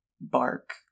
bark